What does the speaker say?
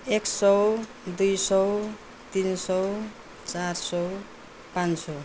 एक सय दुई सय तिन सय चार सय पाँच सय